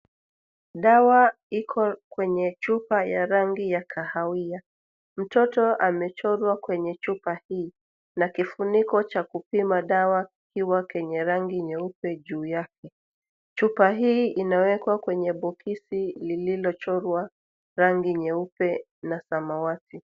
Dawa iko kwenye chupa ya rangi ya kahawia. Mtoto amechorwa kwenye chupa hii na kifuniko cha kupima dawa kiwa kenye rangi nyeupe juu yake. Chupa hii inawekwa kwenye boxi lililochorwa rangi nyeupe na samawati.